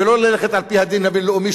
ולא ללכת על-פי הדין הבין-לאומי,